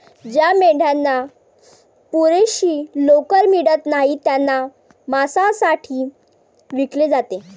ज्या मेंढ्यांना पुरेशी लोकर मिळत नाही त्यांना मांसासाठी विकले जाते